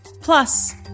plus